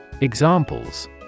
Examples